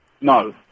No